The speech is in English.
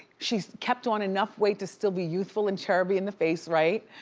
she's kept on enough weight to still be youthful and chubby in the face, right?